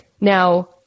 Now